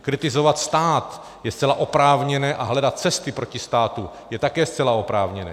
Kritizovat stát je zcela oprávněné a hledat cesty proti státu je také zcela oprávněné.